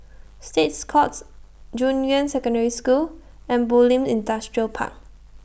States Courts Junyuan Secondary School and Bulim Industrial Park